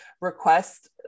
request